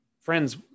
Friends